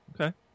Okay